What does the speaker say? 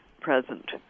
present